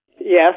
Yes